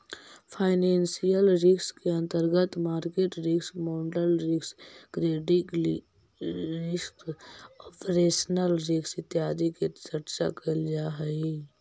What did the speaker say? financial risk के अंतर्गत market risk, model risk, credit risk, operational risk इत्यादि के चर्चा कैल जा हई